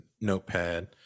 notepad